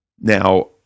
now